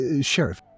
Sheriff